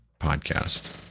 podcast